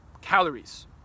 calories